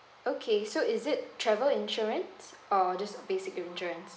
okay so is it travel insurance or just basic insurance